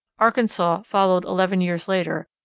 arkansas followed eleven years later,